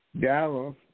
Dallas